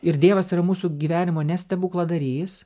ir dievas yra mūsų gyvenimo ne stebukladarys